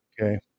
Okay